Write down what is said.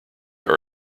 are